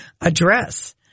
address